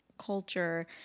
culture